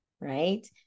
right